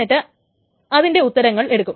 എന്നിട്ട് അതിൻറെ ഉത്തരങ്ങളും എടുക്കും